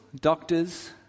Doctors